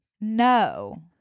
no